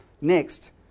next